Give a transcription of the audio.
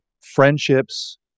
friendships